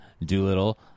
Doolittle